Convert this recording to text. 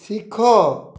ଶିଖ